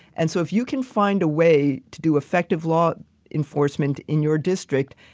and so, if you can find a way to do effective law enforcement in your district,